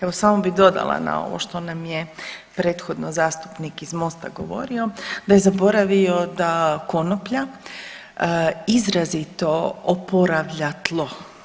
Evo samo bih dodala na ovo što nam je prethodno zastupnik iz MOST-a govorio da je zaboravio da konoplja izrazito oporavlja tlo.